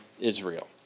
Israel